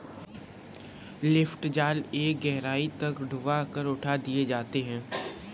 lift जाल एक गहराई तक डूबा कर उठा दिए जाते हैं